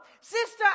sister